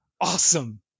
awesome